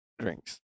drinks